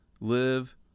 live